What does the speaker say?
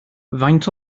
faint